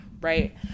right